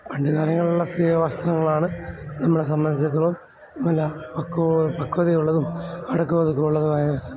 പണ്ട് കാലങ്ങളിലുള്ള സ്ത്രീകളുടെ വസ്ത്രങ്ങളാണ് നമ്മളെ സംബന്ധിച്ചെടുത്തോളം നല്ല പക്വത പക്വതയുള്ളതും അടക്കോം ഒതുക്കമുള്ളതുമായ വസ്ത്രം